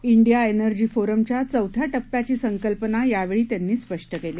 India energy forum च्या चौथ्या टप्प्याची संकल्पना यावेळी त्यांनी स्पष्ट केली